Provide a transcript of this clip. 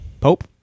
Pope